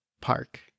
park